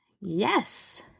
Yes